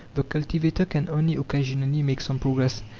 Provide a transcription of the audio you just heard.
the cultivator can only occasionally make some progress,